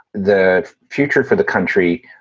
the future for the country,